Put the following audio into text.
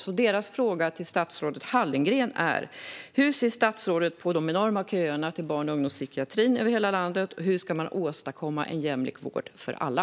Astrids och Sofies fråga till statsrådet Hallengren är alltså: Hur ser statsrådet på de enorma köerna till barn och ungdomspsykiatrin över hela landet, och hur ska man åstadkomma en jämlik vård för alla?